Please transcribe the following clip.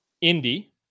indy